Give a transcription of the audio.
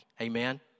Amen